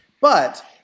But-